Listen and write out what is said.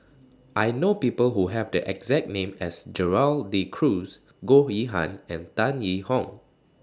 I know People Who Have The exact name as Gerald De Cruz Goh Yihan and Tan Yee Hong